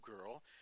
girl